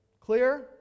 Clear